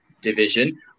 Division